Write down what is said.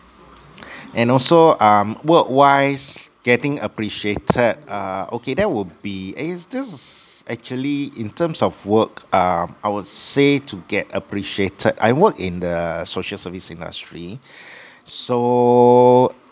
and also um work wise getting appreciated err okay that will eh is this actually in terms of work um I would say to get appreciated I work in the social service industry so